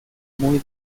muy